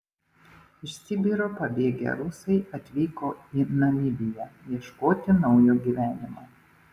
iš sibiro pabėgę rusai atvyko į namibiją ieškoti naujo gyvenimo